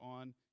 on